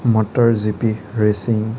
motor G P racing